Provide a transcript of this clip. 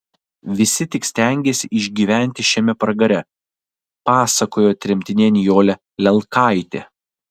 visi tik stengėsi išgyventi šiame pragare pasakojo tremtinė nijolė lelkaitė